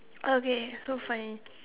okay so funny